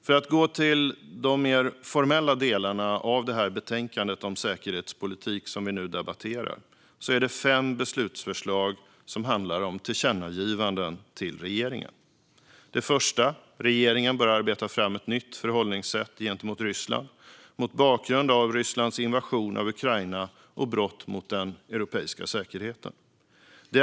När det gäller de mer formella delarna av det betänkande om säkerhetspolitik vi nu debatterar finns det fem beslutsförslag som handlar om tillkännagivanden till regeringen. Det första är att regeringen bör arbeta fram ett nytt förhållningssätt gentemot Ryssland mot bakgrund av Rysslands invasion av Ukraina och brott mot den europeiska säkerhetsordningen.